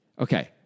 Okay